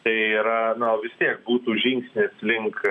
tai yra na vis tiek būtų žingsnis link